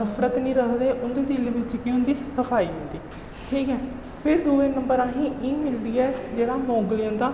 नफरत नेईं रखदे उं'दे दिल बिच्च केह् होंदा सफाई होंदी ठीक फिर दूए नम्बर असेंगी एह् मिलदी ऐ जेह्ड़ा मोंगली होंदा